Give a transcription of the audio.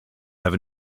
have